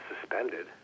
suspended